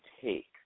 take